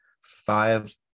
five